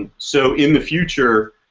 so in the future